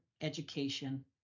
education